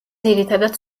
ძირითადად